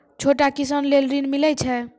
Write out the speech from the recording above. छोटा किसान लेल ॠन मिलय छै?